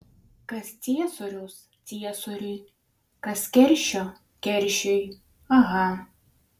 kas ciesoriaus ciesoriui kas keršio keršiui aha